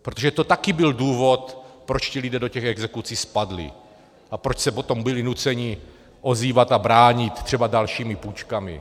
Protože to taky byl důvod, proč ti lidé do těch exekucí spadli a proč se potom byli nuceni ozývat a bránit třeba dalšími půjčkami.